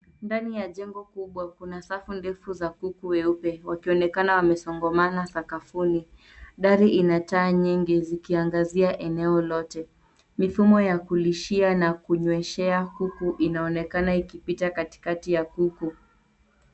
Ndani ya jengo kubwa kuna safu ndefu za kuku weupe wakionekana wamesongamana sakafuni. Dari ina taa nyingi zikianganzia eneo lote. Mifumo ya kulishia na kunyweshea kuku inaonekana ikipita katikati ya kuku.